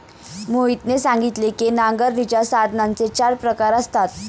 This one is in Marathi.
मोहितने सांगितले की नांगरणीच्या साधनांचे चार प्रकार असतात